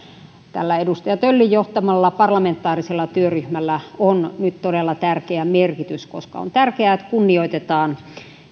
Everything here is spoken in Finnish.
tällä edustaja töllin johtamalla parlamentaarisella työryhmällä on nyt todella tärkeä merkitys koska on tärkeää että kunnioitetaan